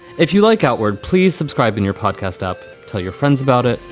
if you like outward, please subscribe. and your podcast up. tell your friends about it.